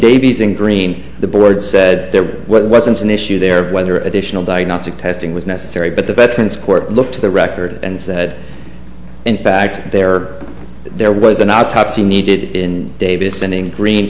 babies in green the board said there wasn't an issue there of whether additional diagnostic testing was necessary but the veterans court looked to the record and said in fact there there was an autopsy needed in davis sending green